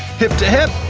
hip to hip!